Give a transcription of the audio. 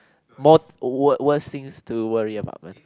more wor~ worse things to worry about man